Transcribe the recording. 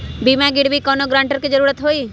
बिमा करबी कैउनो गारंटर की जरूरत होई?